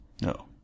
No